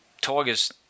Tigers